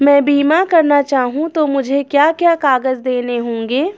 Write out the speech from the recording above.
मैं बीमा करना चाहूं तो मुझे क्या क्या कागज़ देने होंगे?